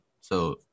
So-